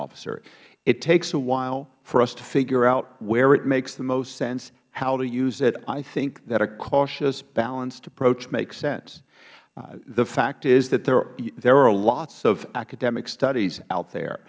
officerh it takes a while for us to figure out where it makes the most sense how to use it i think that a cautious balanced approach makes sense the fact is that there are lots of academic studies out there